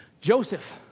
Joseph